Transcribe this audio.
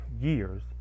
years